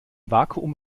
vakuum